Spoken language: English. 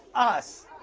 us!